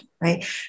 right